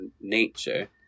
nature